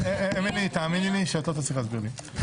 אמילי, תאמיני לי שאת לא תצליחי להסביר לי.